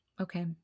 okay